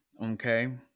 Okay